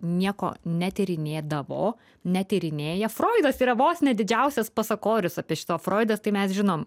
nieko netyrinėdavo netyrinėja froidas yra vos ne didžiausias pasakorius apie šito froidas tai mes žinom